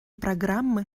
программы